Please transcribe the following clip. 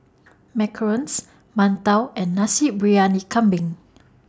Macarons mantou and Nasi Briyani Kambing